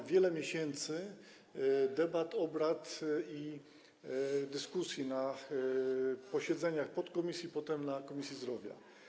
To wiele miesięcy debat, obrad i dyskusji na posiedzeniach podkomisji, potem w Komisji Zdrowia.